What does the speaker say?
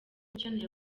ukeneye